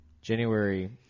January